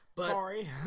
Sorry